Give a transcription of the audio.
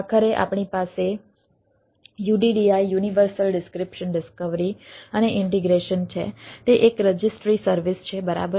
આખરે આપણી પાસે UDDI યુનિવર્સલ ડિસ્ક્રીપ્શન ડિસ્કવરી અને ઈન્ટિગ્રેશન છે તે એક રજિસ્ટ્રી સર્વિસ છે બરાબર